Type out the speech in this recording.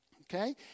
Okay